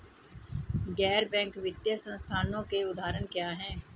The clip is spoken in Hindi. गैर बैंक वित्तीय संस्थानों के उदाहरण क्या हैं?